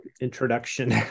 introduction